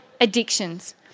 addictions